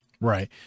Right